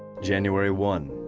january one,